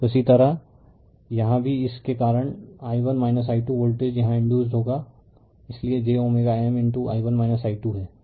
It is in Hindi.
तो इसी तरह यहाँ भी इस के कारण i1 i 2 वोल्टेज यहाँ इंडयुसड होगा इसलिए j M i1 i 2 हैं